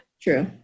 true